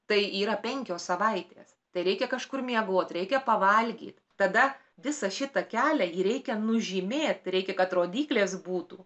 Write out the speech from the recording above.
tai yra penkios savaitės tai reikia kažkur miegot reikia pavalgyt tada visą šitą kelią jįbreikia nužymėt reikia kad rodyklės būtų